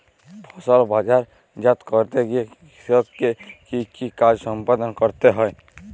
ফসল বাজারজাত করতে গিয়ে কৃষককে কি কি কাজ সম্পাদন করতে হয়?